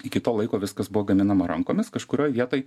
iki to laiko viskas buvo gaminama rankomis kažkurioj vietoj